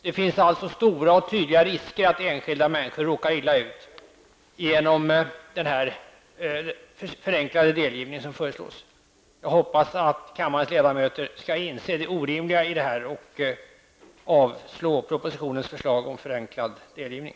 Det finns således stora och tydliga risker att enskilda människor råkar illa ut genom den förenklade delgivning som föreslås. Jag hoppas att kammarens ledamöter skall inse det orimliga i detta och avslå propositionens förslag om förenklad delgivning.